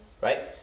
Right